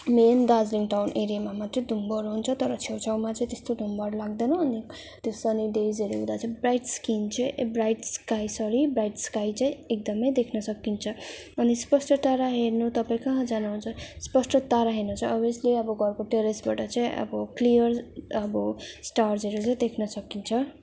main Darjeeling town एरियामा मात्रै धुम्महरू हुन्छ तर छेउछाउमा चाहिँ त्यस्तो धुम्महरू लाग्दैन अनि त्यो सन्नी डेजहरू हुँदा चाहिँ ब्राइट स्किन चाहिँ a bright sky sorry bright sky चैँ एकदमै देख्न सकिन्छ अनि स्पष्ट तारा हेर्नु तपाईँ कहाँ जानुहुन्छ स्पष्ट तारा हेर्न चाहिँ अभ्यसली अब घरको टेरेसबाट चाहिँ अब क्लियर अब स्टार्सहरू चाहिँ देख्न सकिन्छ